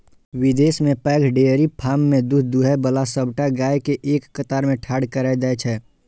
विदेश मे पैघ डेयरी फार्म मे दूध दुहै बला सबटा गाय कें एक कतार मे ठाढ़ कैर दै छै